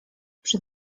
przed